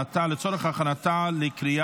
נתקבלה.